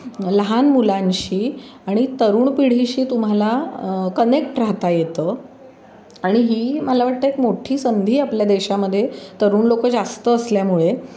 लहान मुलांशी आणि तरुण पिढीशी तुम्हाला कनेक्ट राहता येतं आणि ही मला वाटतं एक मोठी संधी आपल्या देशामध्ये तरुण लोक जास्त असल्यामुळे